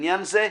לעניין זה,